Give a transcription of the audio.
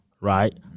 right